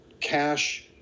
cash